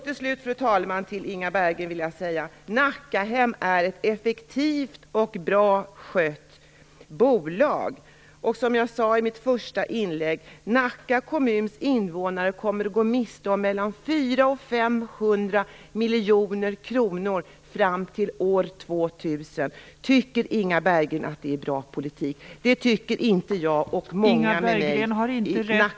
Till slut, fru talman, vill jag säga till Inga Berggren att Nackahem är ett effektivt och bra skött bolag. Som jag sade i mitt första inlägg kommer Nacka kommuns invånare att gå miste om mellan 400 och Berggren att det är bra politik? Jag och många med mig i Nacka kommun tycker inte det.